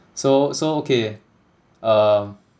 so so okay um